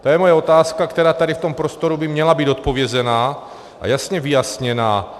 To je má otázka, která tady v tomto prostoru by měla být odpovězena a jasně vyjasněna.